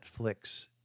Netflix